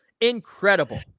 Incredible